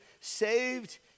saved